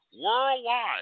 worldwide